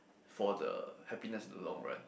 for the happiness in the long run